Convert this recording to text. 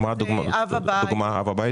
אב הבית,